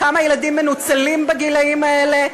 כמה ילדים מנוצלים בגילים האלה?